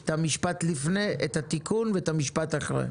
את המשפט לפני, את התיקון ואת המשפט אחרי.